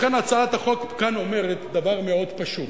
לכן, הצעת חוק כאן אומרת דבר מאוד פשוט: